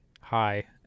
Hi